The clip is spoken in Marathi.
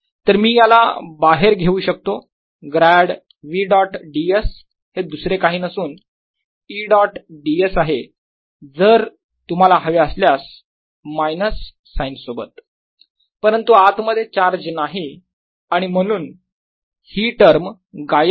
तर मी याला बाहेर घेऊ शकतो ग्रॅड v डॉट ds हे दुसरे काही नसून E डॉट ds आहे जर तुम्हाला हवे आल्यास मायनस साईन सोबत परंतु आत मध्ये चार्ज नाही आणि म्हणून ही टर्म गायब होते